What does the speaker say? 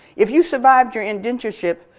if you survived your indentureship.